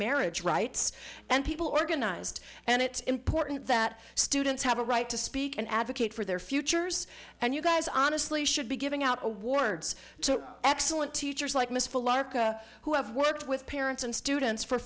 marriage rights and people organized and it important that students have a right to speak and advocate for their futures and you guys honestly should be giving out awards to excellent teachers like miss full arca who have worked with parents and students for